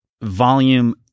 volume